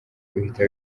uhita